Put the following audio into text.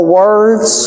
words